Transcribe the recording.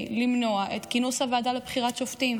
למנוע את כינוס הוועדה לבחירת שופטים.